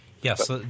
Yes